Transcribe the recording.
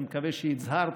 אני מקווה שהצהרת